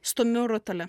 stumiu rutulį